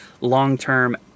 long-term